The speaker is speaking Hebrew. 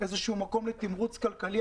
לתמרוץ כלכלי.